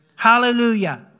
Hallelujah